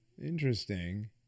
Interesting